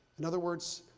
in other words,